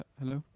hello